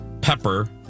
pepper